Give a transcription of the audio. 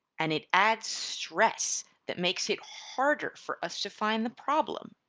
and it adds stress that makes it harder for us to find the problem.